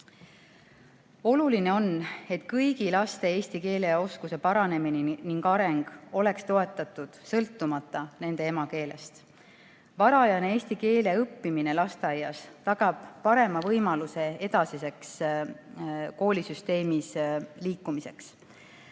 Oluline on, et kõigi laste eesti keele oskuse paranemine ning areng oleks toetatud, sõltumata nende emakeelest. Varajane eesti keele õppimine lasteaias tagab parema võimaluse edasiseks koolisüsteemis liikumiseks.